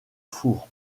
four